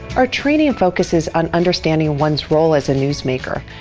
our training focuses on understanding one's role as a newsmaker,